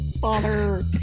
Father